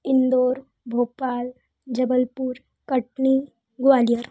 Indore Bhopal Jabalpur Katni Gwalior